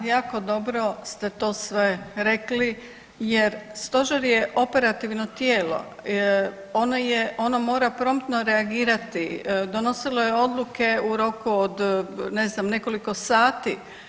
Da, jako dobro ste to sve rekli jer stožer je operativno tijelo, ono je, ono mora promptno reagirati, donosilo je odluke u roku od ne znam nekoliko sati.